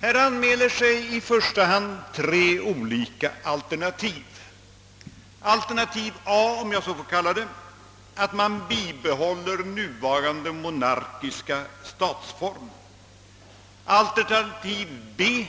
Här anmäler sig då i första hand tre alternativ. Alternativ A — om jag så får kalla det — är att man bibehåller nuvarande monarkiska statsformer. Alternativ B